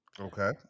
okay